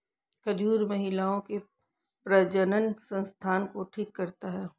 खजूर महिलाओं के प्रजननसंस्थान को ठीक करता है